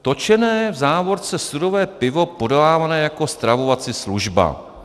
Točené, v závorce sudové pivo podávané jako stravovací služba.